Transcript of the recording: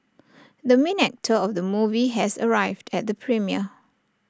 the main actor of the movie has arrived at the premiere